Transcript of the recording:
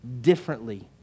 differently